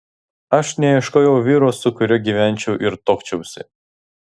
aš neieškojau vyro su kuriuo gyvenčiau ir tuokčiausi